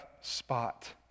spot